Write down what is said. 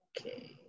okay